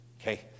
Okay